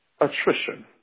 Attrition